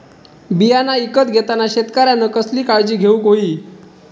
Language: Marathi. बियाणा ईकत घेताना शेतकऱ्यानं कसली काळजी घेऊक होई?